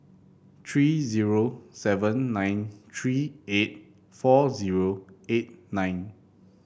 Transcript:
three zero seven nine three eight four zero eight nine